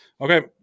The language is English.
Okay